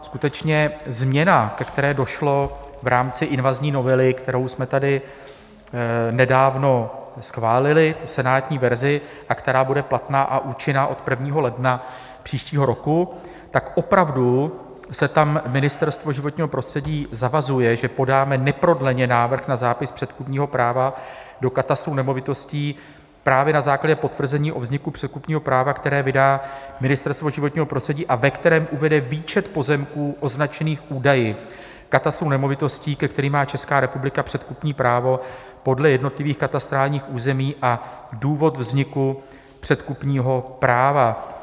Skutečně změna, ke které došlo v rámci invazní novely, kterou jsme tady nedávno schválili v senátní verzi a která bude platná a účinná od 1. ledna příštího roku, tak opravdu se tam Ministerstvo životního prostředí zavazuje, že podáme neprodleně návrh na zápis předkupního práva do katastru nemovitostí právě na základě potvrzení o vzniku předkupního práva, které vydá Ministerstvo životního prostředí a ve kterém uvede výčet pozemků označených údaji katastru nemovitostí, ke kterým má Česká republika předkupní právo podle jednotlivých katastrálních území, a důvod vzniku předkupního práva.